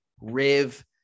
Riv